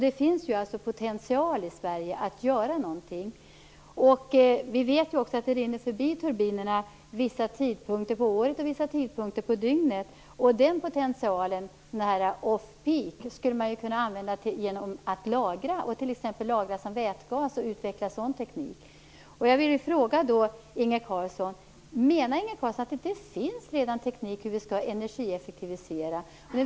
Det finns potential i Sverige att göra någonting. Vi vet också att vatten vissa tidpunkter på året och vissa tidpunkter på dygnet rinner förbi turbinerna. Den potentialen off peak skulle man kunna använda genom att t.ex. lagra som vätgas och utveckla en sådan teknik. Jag vill fråga Inge Carlsson: Menar Inge Carlsson att det inte redan finns teknik för hur vi skall energieffektivisera?